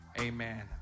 Amen